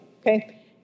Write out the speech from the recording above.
okay